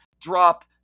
drop